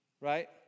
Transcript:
right